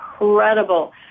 Incredible